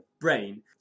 brain